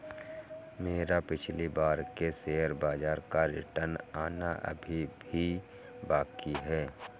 मेरा पिछली बार के शेयर बाजार का रिटर्न आना अभी भी बाकी है